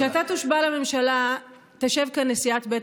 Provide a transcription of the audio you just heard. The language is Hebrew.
כשאתה תושבע לממשלה תשב כאן נשיאת בית